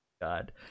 god